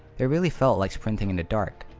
it really felt like sprinting in the dark